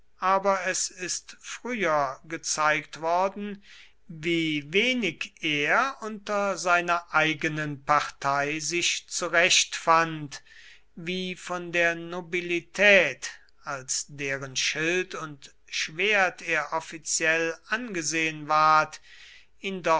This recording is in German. aber es ist früher gezeigt worden wie wenig er unter seiner eigenen partei sich zurechtfand wie von der nobilität als deren schild und schwert er offiziell angesehen ward